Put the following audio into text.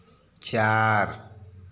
चार